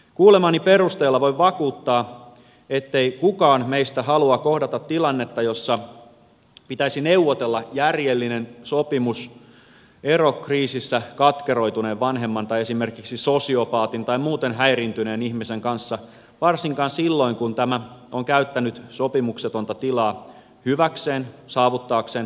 kuulemani perusteella voin vakuuttaa ettei kukaan meistä halua kohdata tilannetta jossa pitäisi neuvotella järjellinen sopimus erokriisissä katkeroituneen vanhemman tai esimerkiksi sosiopaatin tai muuten häiriintyneen ihmisen kanssa varsinkaan silloin kun tämä on käyttänyt sopimuksetonta tilaa hyväkseen saavuttaakseen valta aseman